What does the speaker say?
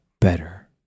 better